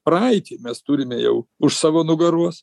praeitį mes turime jau už savo nugaros